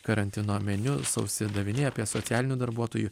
karantino meniu sausi daviniai apie socialinių darbuotojų